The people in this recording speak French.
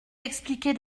expliqués